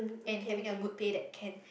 and having a good pay that can